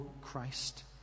Christ